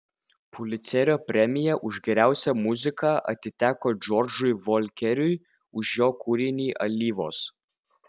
pulicerio premija už geriausią muziką atiteko džordžui volkeriui už jo kūrinį alyvos